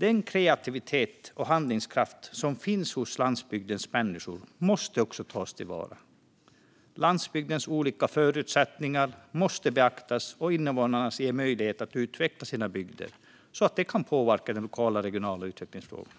Den kreativitet och handlingskraft som finns hos landsbygdens människor måste också tas till vara. Landsbygdens olika förutsättningar måste beaktas och invånarna ges möjlighet att utveckla sina bygder så att de kan påverka lokala och regionala utvecklingsfrågor.